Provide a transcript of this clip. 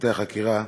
פרטי החקירה,